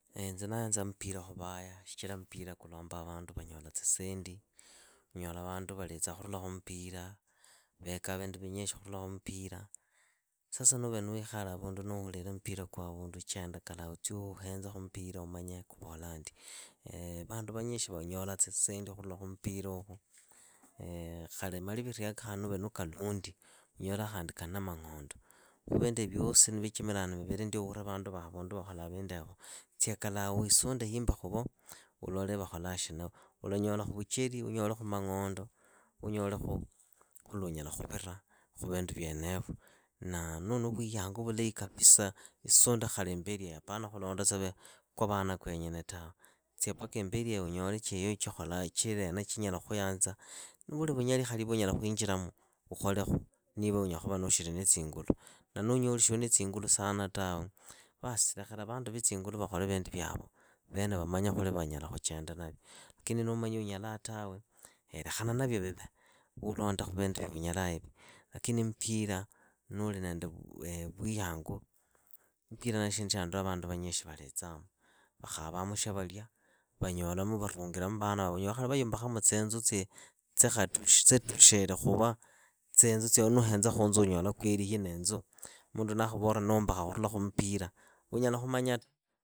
Eh inze ndayanza mupira khuwaya shichira mupira kulombaa vandu vanyola tsisendi, unyola vandu valitsaa khurula khumpira. veeka vindu vinyishi khurula khumpira. Sasa nuuvere niwikhale avundu nuuhulile mpira kuli avundu chenda kalaha utsi uhenzekhu mupira umanye kuvolaandi vandu vanyikhi vanyola tsisendi khurula khumupirukhu khali maliviriaka nuuvere nuukalondi. unyolaa khandi kana mang'ondo. Khu vinduivi vyosi ni vichimirane vivili ndio uhule avundu vandu vakholaa vinduevo, tsia kalaha wiisunde himbi khuvo, ulole vakholaa shina, ulanyoolakhu vucheri unyole mang'ondo, uunyolekhu khuli luunyala khuvira. khu vindu vyenevo. Naa nuunu vuyangu vulahi kapisa, isunde khali imbelieyo apana khulondatsa kwa vana voonyene tawe. tsia paka imbelieyo chiiyo chikholaa chireena chinyala khuyanzitsa, ni vuli vunyali khali vuunyala khwinjilamu ukholekhu niiva unyala khuva nuushiri na tsingulu. Na nuunyoli shuuli na tsingulu sana tawe. bas lekhela vandu va tsingulu vakhole vene vindu vyavo, vene vamanye khuli vanyala khuchenda navyo. Lakini nuumanyi unyalaa tawe, lekhana navyo vive. uulondekhuvindu vyunyalaaivi. Lakini mupira. nuuli nende vuyangu. mupira nee shindu shya ndolaa vandu vanyishi valitsaamu. Vakhaavamu shyavalia. vanyolamu varungilamu vana vavo unyala khali khunyola vayumbakhamu tsinzu tsikhatu tsitukhile khuvaa tsinzu tsya nuuhenzakhu inzu uvola kweli iyi niinzu. na mundu naakhuvola yuumbakha khurula khumpira, unyala khumanya ta.